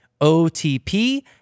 OTP